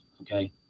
Okay